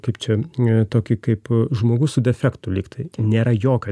kaip čia e tokį kaip žmogus su defektu lyg tai nėra jokio